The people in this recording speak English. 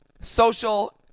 social